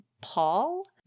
Paul